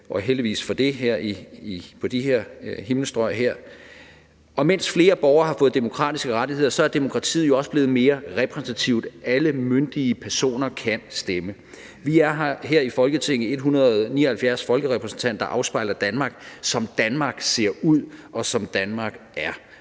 – heldigvis for det under de her himmelstrøg. Og mens flere borgere har fået demokratiske rettigheder, er demokratiet jo også blevet mere repræsentativt: Alle myndige personer kan stemme. Vi er her i Folketinget 179 folkerepræsentanter, der afspejler Danmark, som Danmark ser ud, og som Danmark er.